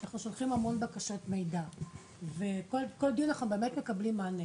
אנחנו שולחים המון בקשות מידע וכל דיון אנחנו באמת מקבלים מענה,